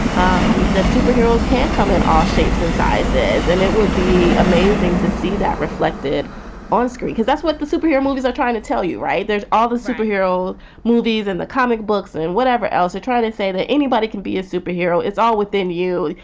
um the superheroes can't come in all shapes and sizes. and it would be amazing to see that reflected onscreen because that's what the superhero movies are trying to tell you. right. there's all the superhero movie than the comic books and and whatever else. i try to say that anybody can be a superhero. it's all within you.